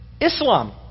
Islam